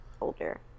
older